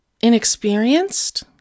inexperienced